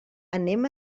anem